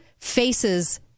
faces